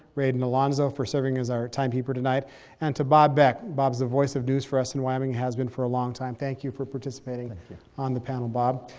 raiden alonzo, for serving as our timekeeper tonight and to bob beck. bob's the voice of news for us in wyoming, has been for a long time. thank you for participating on the panel, bob.